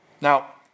Now